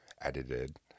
edited